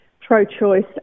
pro-choice